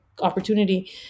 opportunity